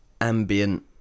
ambient